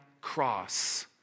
cross